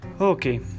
Okay